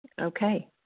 Okay